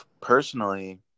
personally